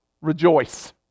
Rejoice